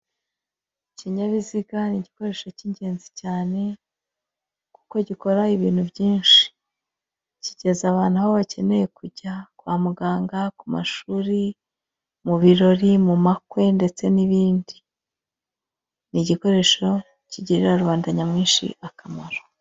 ikinyabiziga ni igikoresho cy'ingenzi cyane, kuko gikora ibintu byinshi; kigeza abantu aho bakeneye kujya: kwa muganga, ku mashuri, mu birori, mu makwe ndetse n'ibindi, ni igikoresho kigirira rubanda nyamwinshi akamaro.